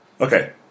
Okay